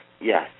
yes